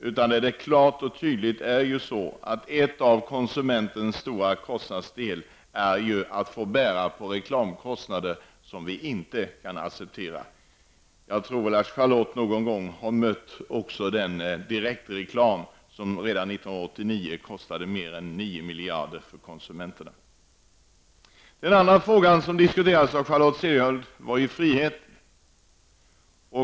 Det är ju helt klart att en stor del av konsumenternas kostnader är kostnader för reklam, vilket vi inte kan acceptera. Jag tror att också Charlotte Cederschiöld någon gång har mött den direktreklam som redan 1989 kostade mer än 9 miljarder för konsumenterna. Den andra frågan som Charlotte Cederschiöld tog upp var friheten.